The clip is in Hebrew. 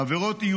עזוב אותך,